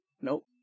Nope